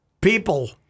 people